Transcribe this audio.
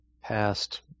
Past